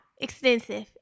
extensive